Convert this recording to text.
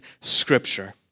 Scripture